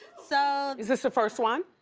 so is this a first one?